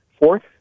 Fourth